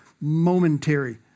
momentary